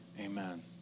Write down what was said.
amen